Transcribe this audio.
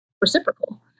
reciprocal